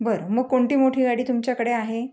बरं मग कोणती मोठी गाडी तुमच्याकडे आहे